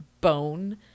bone